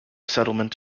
settlement